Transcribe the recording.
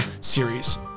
series